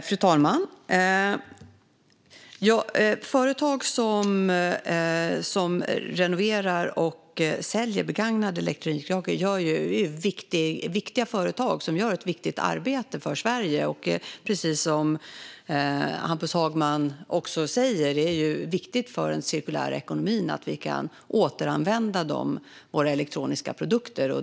Fru talman! Företag som renoverar och säljer begagnade elektronikprodukter är viktiga företag som gör ett viktigt arbete för Sverige. Precis som Hampus Hagman säger är det viktigt för den cirkulära ekonomin att vi kan återanvända våra elektroniska produkter.